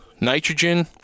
Nitrogen